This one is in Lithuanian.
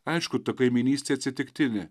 aišku ta kaimynystė atsitiktinė